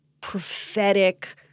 prophetic